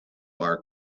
are